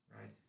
right